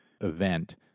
event